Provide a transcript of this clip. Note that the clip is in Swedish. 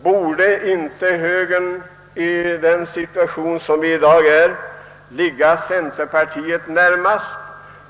Borde inte högern i dagens situation ligga centerpartiet närmast?